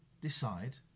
decide